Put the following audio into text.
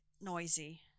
noisy